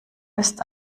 ist